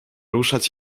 ruszać